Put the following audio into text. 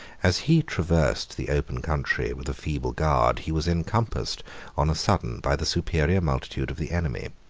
as he traversed the open country with a feeble guard, he was encompassed on a sudden by the superior multitude of the enemy.